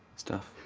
stuff?